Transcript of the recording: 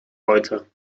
heute